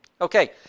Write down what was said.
Okay